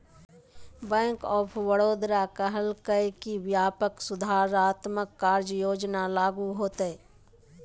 bank of Baroda कहलकय कि व्यापक सुधारात्मक कार्य योजना लागू होतय